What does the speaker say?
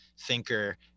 thinker